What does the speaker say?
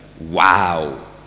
Wow